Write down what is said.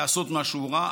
לעשות משהו רע,